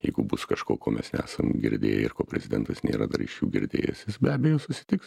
jeigu bus kažko ko mes nesam girdėję ir ko prezidentas nėra dar iš jų girdėjęs jis be abejo susitiks